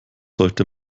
sollte